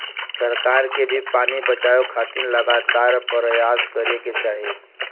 सरकार के भी पानी बचावे खातिर लगातार परयास करे के चाही